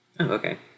Okay